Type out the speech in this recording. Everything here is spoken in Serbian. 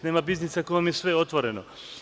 Nema biznisa ako vam je sve otvoreno.